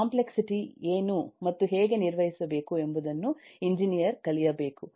complexity ಏನು ಮತ್ತು ಹೇಗೆ ನಿರ್ವಹಿಸಬೇಕು ಎಂಬುದನ್ನು ಎಂಜಿನಿಯರ್ ಕಲಿಯಬೇಕು